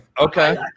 Okay